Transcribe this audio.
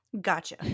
gotcha